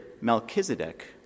Melchizedek